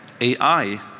AI